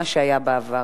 מה שהיה בעבר,